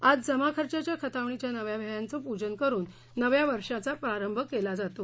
आज जमा खर्चाच्या खतावणीच्या नव्या वह्यांचे प्रजन करून नव्या वर्षाचा प्रारंभ केला जातो